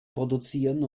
produzieren